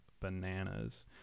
bananas